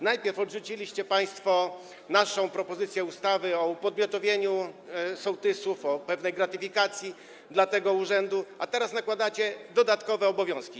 Najpierw odrzuciliście państwo naszą propozycję ustawy o upodmiotowieniu sołtysów, o pewnej gratyfikacji dla tego urzędu, a teraz nakładacie dodatkowe obowiązki.